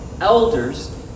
elders